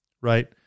right